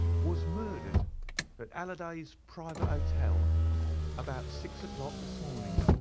was murdered at halliday's private hotel about six o'clock this morning.